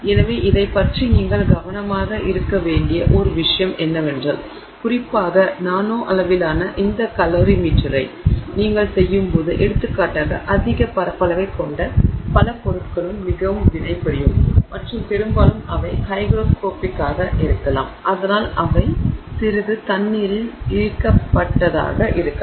எனவே இதைப் பற்றி நீங்கள் கவனமாக இருக்க வேண்டிய ஒரு விஷயம் என்னவென்றால் குறிப்பாக நானோ அளவிலான இந்த கலோரிமீட்டரை நீங்கள் செய்யும்போது எடுத்துக்காட்டாக அதிக பரப்பளவைக் கொண்ட பல பொருட்களும் மிகவும் வினைபுரியும் மற்றும் பெரும்பாலும் அவை ஹைக்ரோஸ்கோபிக் ஆக இருக்கலாம் அதனால் அவை சிறிது தண்ணீரில் இழுக்கப்பட்டதாக இருக்கலாம்